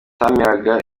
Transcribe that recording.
atemeraga